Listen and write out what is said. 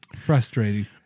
Frustrating